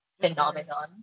phenomenon